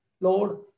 Lord